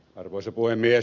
arvoisa puhemies